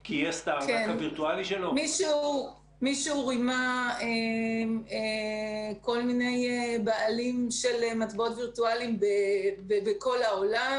מישהו רימה כל מיני בעלים של מטבעות וירטואליים בכל העולם